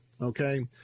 okay